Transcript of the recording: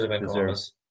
deserves